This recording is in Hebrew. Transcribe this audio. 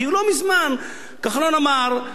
כי לא מזמן כחלון אמר: